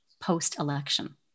post-election